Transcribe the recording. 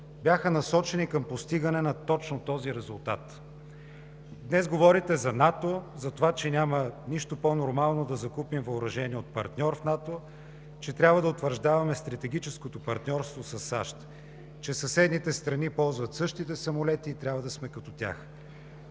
бяха насочени към постигане на точно този резултат. Днес говорите за НАТО, за това, че няма нищо по-нормално да закупим въоръжение от партньор в НАТО, че трябва да утвърждаваме стратегическото партньорство със САЩ, че съседните страни ползват същите самолети и трябва да сме като тях.